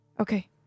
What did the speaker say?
Okay